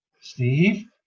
Steve